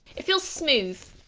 it feels smooth,